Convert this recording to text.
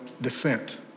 descent